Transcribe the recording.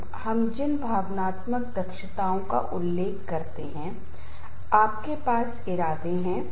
मेरी क्षमता है मेरा कौशल है मेरा ज्ञान है पर्यावरण की मांगों को पूरा करने के लिए पर्याप्त है यदि यह हाँ है तो कोई तनाव नहीं है यदि यह नहीं है तो तनाव है